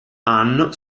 anne